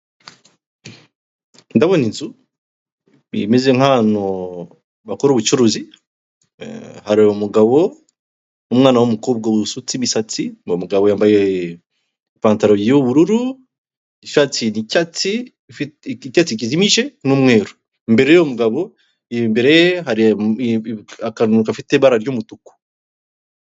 Ndabona inzu imeze nk'ahantu bakora ubucuruzi. Hari umugabo, umwana w'umukobwa usutse imisatsi, uwo mugabo yambaye ipantaro y'ubururu, ishati y'icyatsi kijimije n'umweru. Imbere y'umugabo uri imbere hari akantu gafite ibara ry'umutuku.